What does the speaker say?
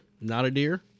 Not-a-deer